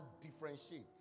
differentiate